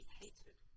hated